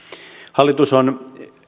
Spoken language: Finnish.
hallitus on